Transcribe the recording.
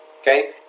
Okay